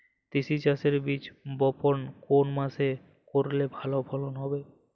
তিসি চাষের বীজ বপন কোন মাসে করলে ভালো ফলন হবে?